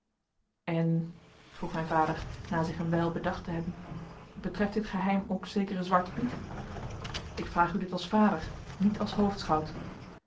en vroeg mijn vader na zich een wijl bedacht te hebben betreft dit geheim ook zekeren zwarten piet ik vraag u dit als vader niet als